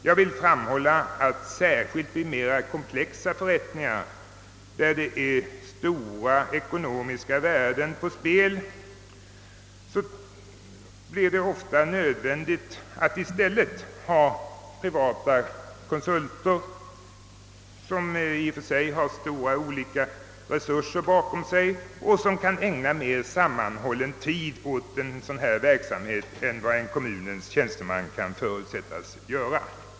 Jag vill framhålla att def särskilt när det gäller de mera komplicerade förrättningarna, där stora ekonomiska värden står på spel, ofta blir nödvändigt att i stället ha privata konsulter, som i och för sig har stora resurser bakom sig och som kan ägna mera sammanhållen tid åt en sådan här verksamhet än vad en kommunens tjänsteman kan förutsättas göra.